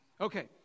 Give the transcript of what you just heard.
Okay